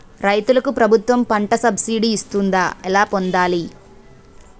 రైతులకు ప్రభుత్వం పంట సబ్సిడీ ఇస్తుందా? ఎలా పొందాలి?